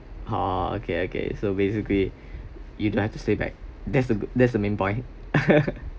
ah okay okay so basically you don't have to stay back that's the good that's the main point